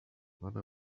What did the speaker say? other